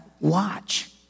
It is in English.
watch